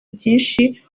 byinshi